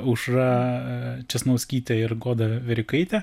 aušra česnauskyte ir goda verikaite